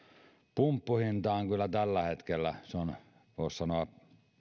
pumppuhinta on kyllä tällä hetkellä voisi sanoa